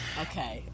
okay